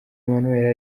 emmanuel